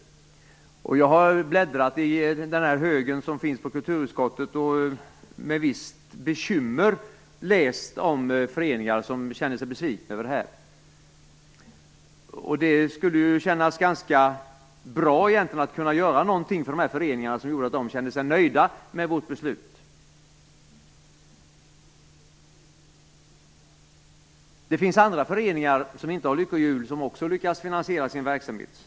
Jag har bläddrat i den hög som finns på kulturutskottet och med visst bekymmer läst om föreningar som känner sig besvikna. Det skulle kännas ganska bra att göra någonting för dessa föreningar, så att de känner sig nöjda med vårt beslut. Det finns andra föreningar som inte har lyckohjul som också lyckas finansiera sin verksamhet.